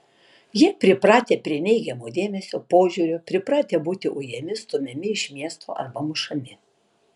jie pripratę prie neigiamo dėmesio požiūrio pripratę būti ujami stumiami iš miesto arba mušami